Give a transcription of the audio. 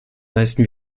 leisten